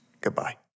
Goodbye